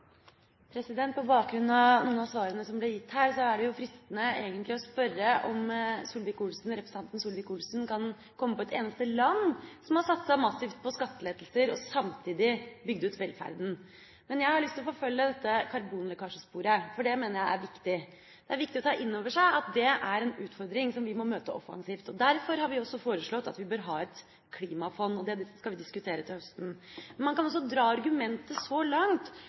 det fristende å spørre om representanten Solvik-Olsen kan komme på et eneste land som har satset massivt på skattelettelser og samtidig bygd ut velferden. Men jeg har lyst til å forfølge dette karbonlekkasjesporet, for det mener jeg er viktig. Det er viktig å ta inn over seg at dette er en utfordring som vi må møte offensivt, og derfor har vi også foreslått at vi bør ha et klimafond, og det skal vi diskutere til høsten. Men man kan også dra argumentet så langt